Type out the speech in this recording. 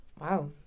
wow